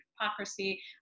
hypocrisy